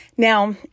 Now